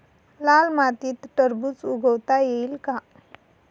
लाल मातीत टरबूज उगवता येईल का?